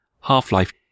Half-Life